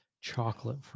chocolate